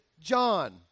John